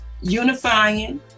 unifying